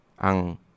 ang